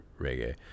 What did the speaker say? reggae